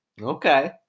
Okay